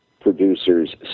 producers